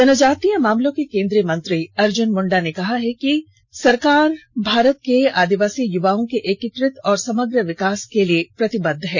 जनजातीय मामलों के केंद्रीय मंत्री अर्जुन मुंडा ने कहा कि हम हमेशा भारत के आदिवासी युवाओं के एकीकृत और समग्र विकास के लिए प्रतिबद्ध रहे हैं